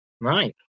right